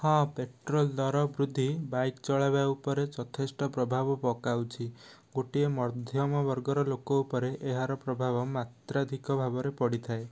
ହଁ ପେଟ୍ରୋଲ୍ ଦର ବୃଦ୍ଧି ବାଇକ୍ ଚଳାଇବା ଉପରେ ଯଥେଷ୍ଟ ପ୍ରଭାବ ପକାଉଛି ଗୋଟିଏ ମଧ୍ୟମ ବର୍ଗର ଲୋକ ଉପରେ ଏହାର ପ୍ରଭାବ ମାତ୍ରାଧିକ ଭାବରେ ପଡ଼ିଥାଏ